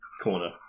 corner